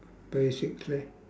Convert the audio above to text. basically